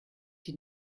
die